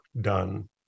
done